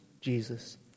Jesus